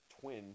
twin